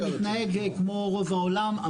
זה מתנהג כמו רוב העולם.